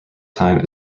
time